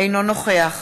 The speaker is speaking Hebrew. אינו נוכח